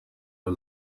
are